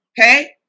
Okay